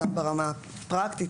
גם ברמה הפרקטית,